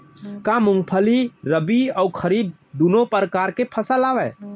का मूंगफली रबि अऊ खरीफ दूनो परकार फसल आवय?